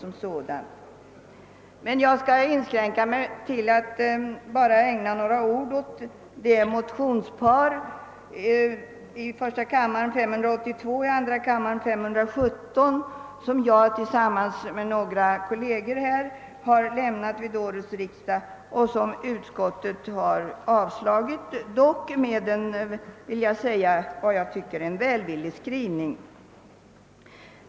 Jag skall emellertid inskränka mig till att ägna några ord åt det motionspar, nr I: 582 och II: 517, som jag tillsammans med några kamrater har väckt vid årets riksdag och som utskottet har avstyrkt, ehuru med en skrivning som jag vill kalla välvillig.